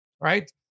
right